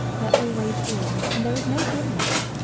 there always is and there is no dimness,